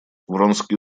вронский